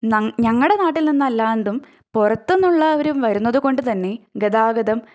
ഞങ്ങടെ നാട്ടിൽ നിന്നല്ലാണ്ടും പുറത്തു നിന്നുള്ളവരും വരുന്നത് കൊണ്ട് തന്നെ ഗതാഗതം